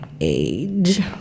age